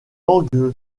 langue